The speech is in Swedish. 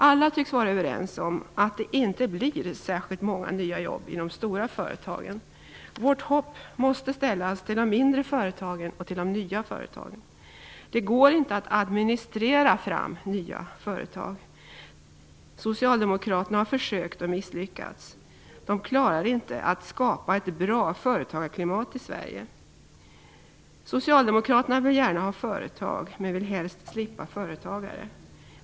Alla tycks vara överens om att det inte blir särskilt många nya jobb i de stora företagen. Vårt hopp måste ställas till de mindre företagen och till de nya företagen. Det går inte att administrera fram nya företag. Socialdemokraterna har försökt och misslyckats. De klarar inte att skapa ett bra företagarklimat i Sverige. Socialdemokraterna vill gärna ha företag men vill helst slippa företagare.